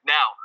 Now